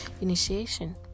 initiation